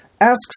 Asks